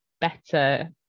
better